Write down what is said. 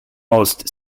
most